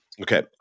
Okay